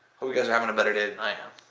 hope you guys are having a better day than i am.